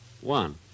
One